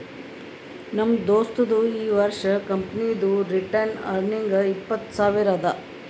ನಮ್ ದೋಸ್ತದು ಈ ವರ್ಷ ಕಂಪನಿದು ರಿಟೈನ್ಡ್ ಅರ್ನಿಂಗ್ ಇಪ್ಪತ್ತು ಸಾವಿರ ಅದಾ